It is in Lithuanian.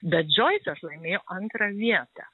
bet džoisas laimėjo antrą vietą